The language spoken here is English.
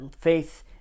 faith